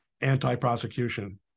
anti-prosecution